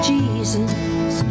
Jesus